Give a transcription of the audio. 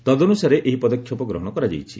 ତଦନୁସାରେ ଏହି ପଦକ୍ଷେପ ଗ୍ରହଣ କରାଯାଇଛି